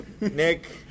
Nick